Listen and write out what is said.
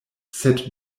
sed